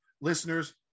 listeners